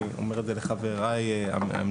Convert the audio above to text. אני אומר את זה לחבריי המנהלות,